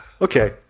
Okay